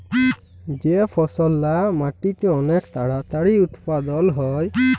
যে ফসললা মাটিতে অলেক তাড়াতাড়ি উৎপাদল হ্যয়